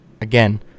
again